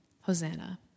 Hosanna